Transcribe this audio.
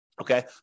Okay